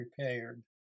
prepared